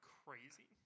crazy